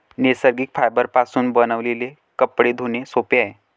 नैसर्गिक फायबरपासून बनविलेले कपडे धुणे सोपे आहे